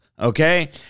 okay